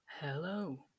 hello